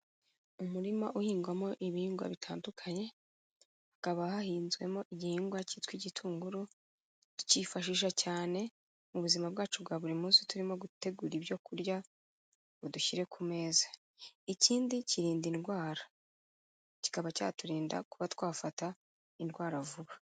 Umurima uhingwamo ibihingwa bitandukanye hakaba hahinzwemo igihingwa cyitwa igitunguru, tukifashisha cyane mu buzima bwacu bwa buri munsi turimo gutegura ibyo kurya ngo dushyire ku meza, ikindi kirinda indwara kikaba cyaturinda kuba twafata indwara vuba.